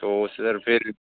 तो सर फिर